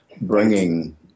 bringing